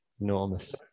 enormous